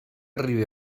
arribi